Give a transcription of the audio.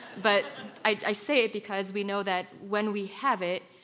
but i say it because we know that when we have it,